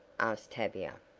asked tavia.